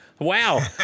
Wow